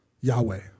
Yahweh